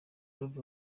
dove